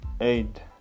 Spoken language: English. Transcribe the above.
aid